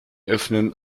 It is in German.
öffnen